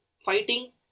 fighting